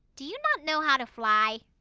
do you not know how to fly?